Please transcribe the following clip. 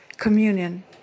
Communion